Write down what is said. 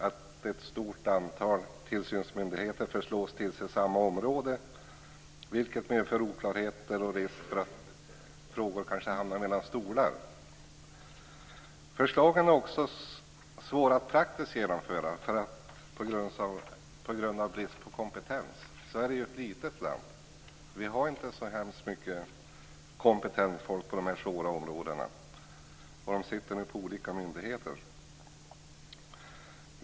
Ett stort antal tillsynsmyndigheter föreslås tillse samma område vilket medför oklarheter och risk för att frågor kanske hamnar mellan stolar. Förslagen är också svåra att praktiskt genomföra på grund av brist på kompetens. Sverige är ett litet land. Vi har inte så hemskt många kompetenta människor på dessa svåra områden, och de sitter nu på olika myndigheter.